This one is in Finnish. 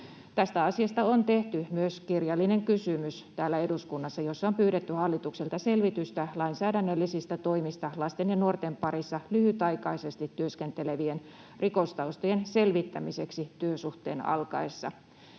Tästä asiasta on tehty täällä eduskunnassa myös kirjallinen kysymys, jossa on pyydetty hallitukselta selvitystä lainsäädännöllisistä toimista lasten ja nuorten parissa lyhytaikaisesti työskentelevien rikostaustojen selvittämiseksi työsuhteen alkaessa.